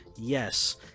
yes